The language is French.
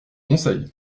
conseils